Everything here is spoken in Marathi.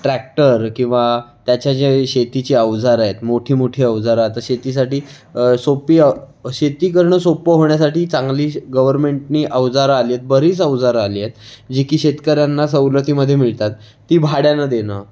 ट्रॅक्टर किंवा त्याच्या ज्या शेतीची अवजारं आहेत मोठी मोठी अवजारं आता शेतीसाठी सोपी अव शेती करणं सोपं होण्यासाठी चांगली गव्हर्मेंटनी अवजारं आली आहेत बरीच अवजारं आली आहेत जी की शेतकऱ्यांना सवलतीमध्ये मिळतात ती भाड्यानं देणं